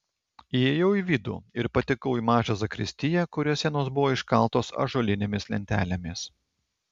įėjau į vidų ir patekau į mažą zakristiją kurios sienos buvo iškaltos ąžuolinėmis lentelėmis